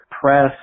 press